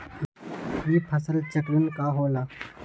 ई फसल चक्रण का होला?